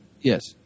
Yes